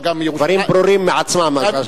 דברים ברורים מעצמם.